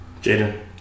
Jaden